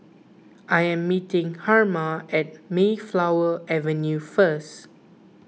I am meeting Herma at Mayflower Avenue first